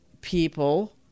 People